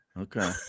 Okay